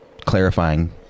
clarifying